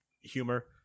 humor